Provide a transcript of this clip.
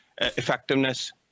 effectiveness